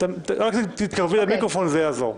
אם תתקרבי למיקרופון זה יעזור.